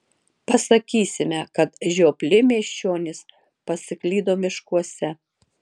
pasakysime kad žiopli miesčionys pasiklydo miškuose